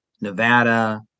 Nevada